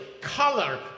color